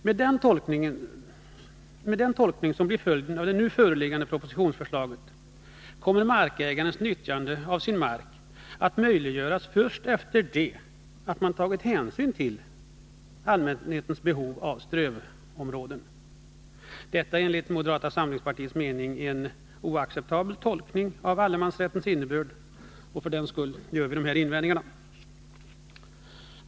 Med den tolkning som blir följden av det nu föreliggande propositionsförslaget kommer markägarens nyttjande av sin mark att möjliggöras först efter det att man har tagit hänsyn till allmänhetens behov av strövområden. Detta är enligt moderata samlingspartiets mening en oacceptabel tolkning av allemansrättens innebörd, och för den skull gör vi dessa invändningar.